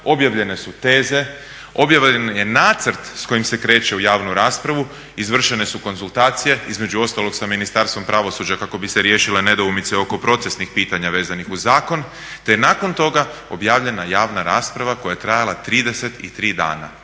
objavljene su teze, objavljeni je nacrt s kojim se kreće u javnu raspravu, izvršene su konzultacije, između ostalog sa Ministarstvom pravosuđa kako bi se riješile nedoumice oko procesnih pitanja vezanih uz zakon te je nakon toga objavljena javna rasprava koja je trajala 33 dana.